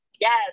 Yes